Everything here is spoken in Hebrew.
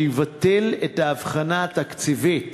מה שיבטל את ההבחנה התקציבית